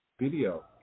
video